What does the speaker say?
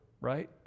right